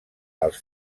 als